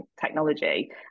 technology